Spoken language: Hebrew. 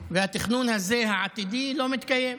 והתכנון הזה, העתידי, לא מתקיים.